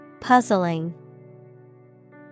Puzzling